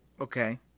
Okay